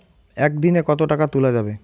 একদিন এ কতো টাকা তুলা যাবে?